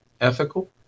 ethical